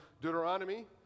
Deuteronomy